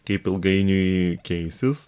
kaip ilgainiui keisis